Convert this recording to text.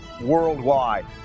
worldwide